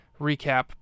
recap